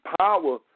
power